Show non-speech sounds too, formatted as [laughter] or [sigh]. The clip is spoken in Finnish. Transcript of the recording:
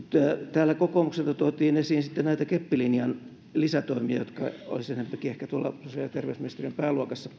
täällä kokoomuksesta tuotiin esiin näitä keppilinjan lisätoimia jotka olisivat enempikin ehkä tuolla sosiaali ja terveysministeriön pääluokassa [unintelligible]